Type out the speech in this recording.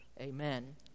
Amen